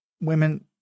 women